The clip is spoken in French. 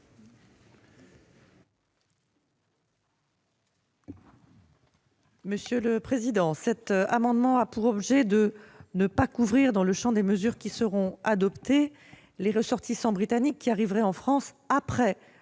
Mme la ministre. Cet amendement vise à ne pas couvrir dans le champ des mesures qui seront adoptées les ressortissants britanniques qui arriveraient en France après le